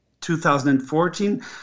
2014